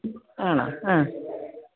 ആണോ ആ